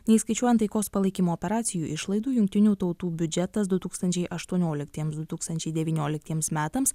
neįskaičiuojant taikos palaikymo operacijų išlaidų jungtinių tautų biudžetas du tūkstančiai aštuonioliktiems du tūkstančiai devynioliktiems metams